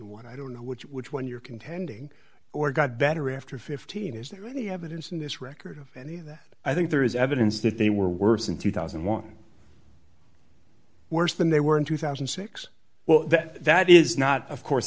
and one i don't know which which when you're contending or got better after fifteen is there any evidence in this record of any of that i think there is evidence that they were worse in two thousand and one worse than they were in two thousand and six well that that is not of course